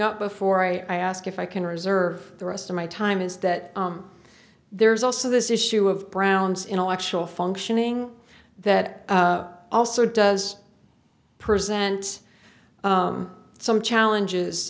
up before i ask if i can reserve the rest of my time is that there's also this issue of brown's intellectual functioning that also does present some challenges